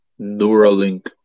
Neuralink